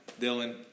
Dylan